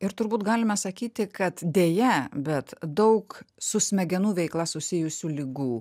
ir turbūt galime sakyti kad deja bet daug su smegenų veikla susijusių ligų